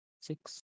Six